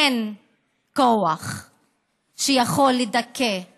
אין כוח שיכול לדכא את